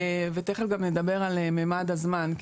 ותכף גם נדבר על ממד הזמן.